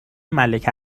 ملک